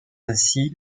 ainsi